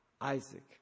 Isaac